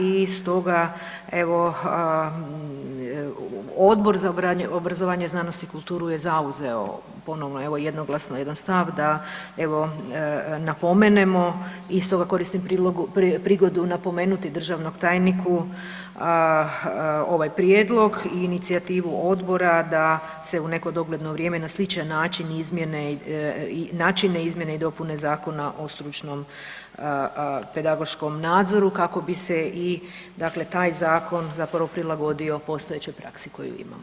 I stoga evo Odbor za obrazovanje, znanost i kulturu je zauzeto ponovno jednoglasno jedan stav da evo napomenemo i stoga koristim prigodu napomenuti državnom tajniku ovaj prijedlog i inicijativu odbora da se u neko dogledno vrijeme na sličan način izmjene, načine izmjene i dopune Zakona o stručnom pedagoškom nadzoru kako bi se i taj zakon prilagodio postojećoj praksi koju imamo.